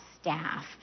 staff